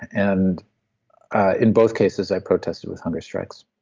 and in both cases i protested with hunger strikes.